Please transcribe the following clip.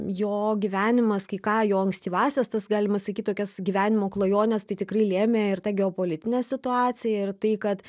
jo gyvenimas kai ką jo ankstyvąsias tas galima sakyt tokias gyvenimo klajones tai tikrai lėmė ir ta geopolitinė situacija ir tai kad